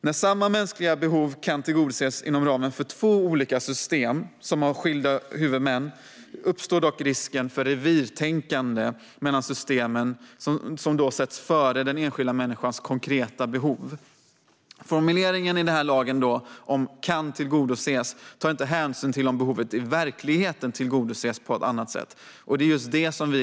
När samma mänskliga behov kan tillgodoses inom ramen för två olika system som har skilda huvudmän uppstår dock risken för revirtänkande mellan systemen som då sätts före den enskilda människans konkreta behov. Lagens formulering "kan tillgodoses" tar inte hänsyn till om behovet i verkligheten tillgodoses på annat sätt.